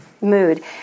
mood